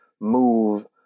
move